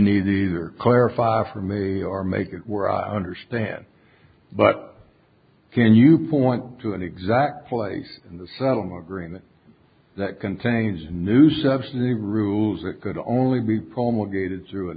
either clarify for me or make it where i understand but can you point to an exact place in the settlement agreement that contains new subs new rules that could only be promulgated through an